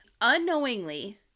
unknowingly